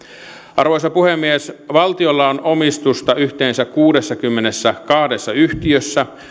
arvoisa puhemies valtiolla on omistusta yhteensä kuudessakymmenessäkahdessa yhtiössä